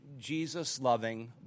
Jesus-loving